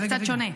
זה קצת שונה.